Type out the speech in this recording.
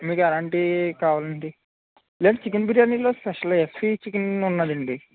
మీకు ఎలాంటివి కావాలి అండి లేదా చికెన్ బిర్యానీలో స్పెషల్ ఎఫ్సి చికెన్ ఉన్నది అండి